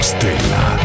Stella